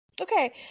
Okay